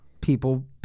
people